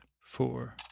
four